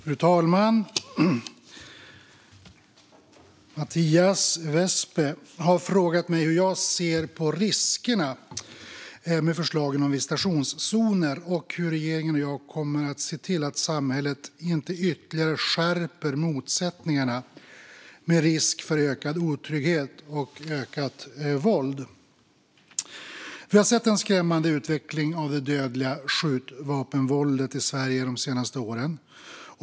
Fru talman! Mattias Vepsä har frågat mig hur jag ser på riskerna med förslagen om visitationszoner och hur regeringen och jag kommer att se till att samhället inte ytterligare skärper motsättningarna, med risk för ökad otrygghet och ökat våld. Vi har sett en skrämmande utveckling av det dödliga skjutvapenvåldet i Sverige de senaste åren.